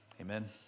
Amen